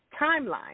timeline